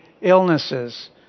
illnesses